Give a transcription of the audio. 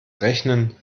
rechnen